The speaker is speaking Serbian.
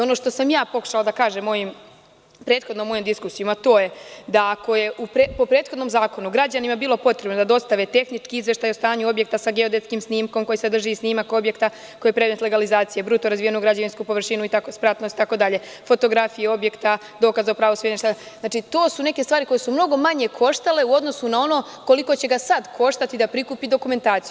Ono što sam je pokušala da kažem mojom prethodnom diskusijom to je da ako je po prethodnom zakonu građanima bilo potrebno da dostave tehnički izveštaj o stanju objekta sa geodetskim snimkom koji sadrži snimak objekta, koji je predat legalizaciji, bruto razvijenu građevinsku površinu, spratnost itd, fotografiju objekta, dokaz o pravu svojine, to su neke stvari koje su mnogo manje koštale u odnosu na ono koliko će ga sad koštati da prikupi dokumentaciju.